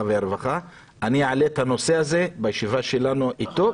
והרווחה ואני אעלה את הנושא הזה בשיחה איתו.